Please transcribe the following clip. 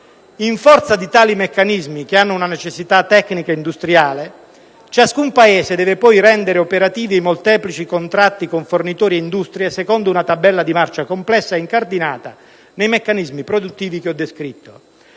In forza di tali meccanismi, che hanno una necessità tecnica e industriale, ciascun Paese deve poi rendere operativi molteplici contratti con fornitori e industrie, secondo una tabella di marcia complessa incardinata nei meccanismi produttivi che ho descritto.